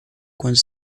quando